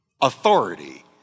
authority